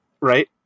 Right